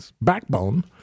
backbone